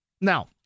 Now